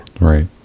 right